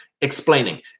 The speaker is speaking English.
explaining